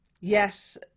yes